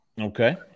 Okay